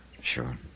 Sure